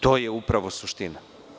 To je upravo suština.